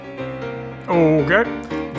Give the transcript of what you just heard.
Okay